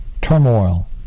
turmoil